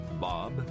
Bob